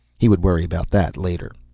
he would worry about that later.